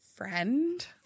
Friend